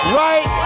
right